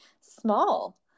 small